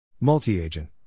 Multi-agent